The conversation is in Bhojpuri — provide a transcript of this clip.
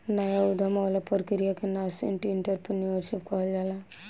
नाया उधम वाला प्रक्रिया के नासेंट एंटरप्रेन्योरशिप कहल जाला